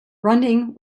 running